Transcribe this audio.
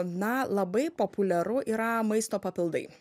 na labai populiaru yra maisto papildai